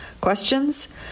Questions